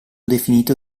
definito